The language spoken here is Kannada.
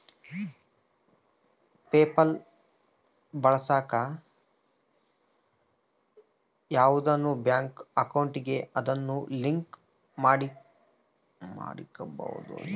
ಪೇಪಲ್ ಬಳಸಾಕ ಯಾವ್ದನ ಬ್ಯಾಂಕ್ ಅಕೌಂಟಿಗೆ ಅದುನ್ನ ಲಿಂಕ್ ಮಾಡಿರ್ಬಕು ಅವಾಗೆ ಃನ ವಿನಿಮಯ ಮಾಡಾಕ ಸಾದ್ಯ